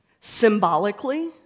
symbolically